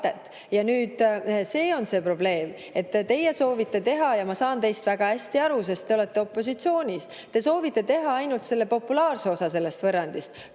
Ja nüüd, see on see probleem. Teie soovite teha – ja ma saan teist väga hästi aru, sest te olete opositsioonis – ainult populaarse osa sellest võrrandist,